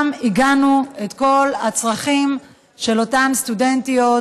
שם עיגנו את כל הצרכים של אותן סטודנטיות